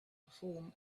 perform